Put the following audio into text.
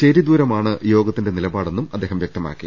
ശരിദൂ രമാണ് യോഗത്തിന്റെ നിലപാടെന്നും അദ്ദേഹം വ്യക്തമാക്കി